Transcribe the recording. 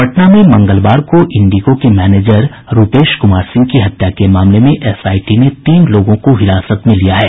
पटना में मंगलवार को इंडिगो के मैनेजर रूपेश कुमार सिंह की हत्या के मामले में एसआईटी ने तीन लोगों को हिरासत में लिया है